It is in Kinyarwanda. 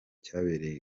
cyabereye